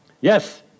Yes